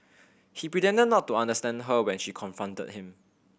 he pretended not to understand her when she confronted him